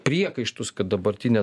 priekaištus kad dabartinė